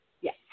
Yes